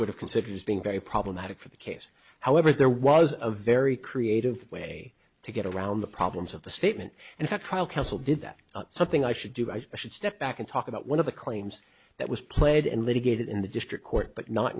would have considered as being very problematic for the case however there was a very creative way to get around the problems of the statement and the trial counsel did that something i should do i should step back and talk about one of the claims that was played and litigated in the district court but not